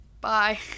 bye